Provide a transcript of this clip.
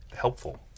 helpful